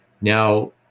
Now